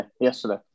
Yesterday